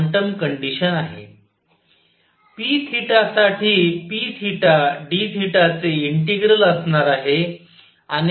p साठी pdθ चे integral असणार आहे